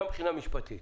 גם מבחינה משפטית